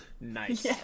Nice